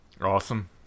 Awesome